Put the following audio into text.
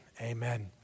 amen